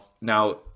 Now